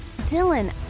Dylan